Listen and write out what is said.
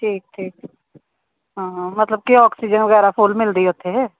ਠੀਕ ਹੈ ਹਾਂ ਮਤਲਬ ਕਿ ਔਕਸੀਜਨ ਵਗੈਰਾ ਫੁੱਲ ਮਿਲਦੀ ਉੱਥੇ